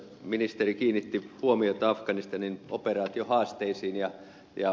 ministeri kiinnitti huomiota afganistanin operaation haasteisiin